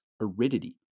aridity